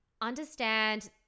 understand